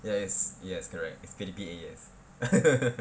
yes yes correct it's P_D_P_A yes